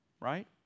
Right